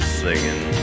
singing